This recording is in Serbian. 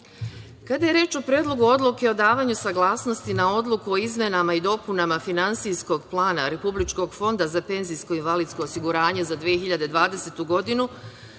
je reč o Predlogu odluke o davanju saglasnosti na Odluku o izmenama i dopunama finansijskog plana Republičkog fonda za penzijsko i invalidsko osiguranje za 2020. godinu,